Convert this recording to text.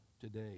today